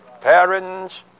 parents